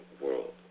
world